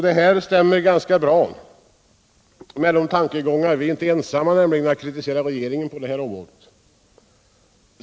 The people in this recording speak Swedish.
Det här stämmer ganska bra. Vi är inte ensamma om att kritisera regeringen på detta område.